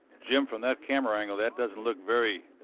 jim from that camera angle that does look very